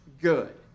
good